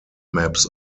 maps